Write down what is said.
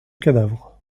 cadavre